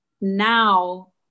now